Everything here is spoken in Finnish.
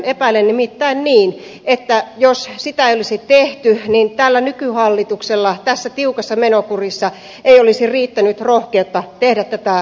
epäilen nimittäin niin että jos sitä ei olisi tehty niin tällä nykyhallituksella tässä tiukassa menokurissa ei olisi riittänyt rohkeutta tehdä tätä ratkaisua